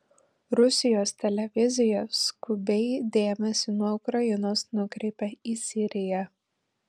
rusijos televizija skubiai dėmesį nuo ukrainos nukreipia į siriją